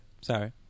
sorry